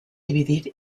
dividir